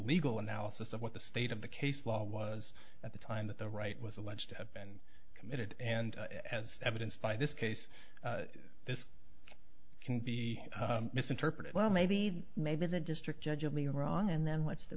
legal analysis of what the state of the case law was at the time that the right was alleged to have been committed and as evidenced by this case this can be misinterpreted well maybe maybe the district judge will be wrong and then what's the